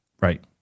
Right